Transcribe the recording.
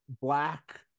black